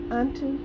unto